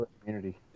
community